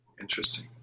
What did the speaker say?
interesting